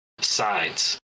sides